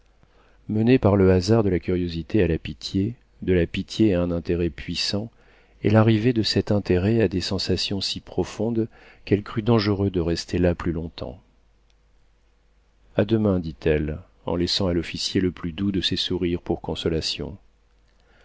menée par le hasard de la curiosité à la pitié de la pitié à un intérêt puissant elle arrivait de cet intérêt à des sensations si profondes qu'elle crut dangereux de rester là plus longtemps a demain dit-elle en laissant à l'officier le plus doux de ses sourires pour consolation